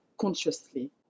consciously